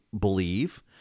believe